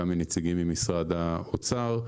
גם מנציגים ממשרד האוצר.